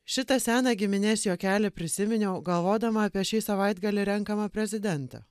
šitą seną giminės juokelį prisiminiau galvodama apie šį savaitgalį renkamą prezidentą